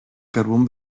carbón